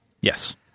yes